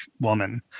woman